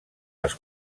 les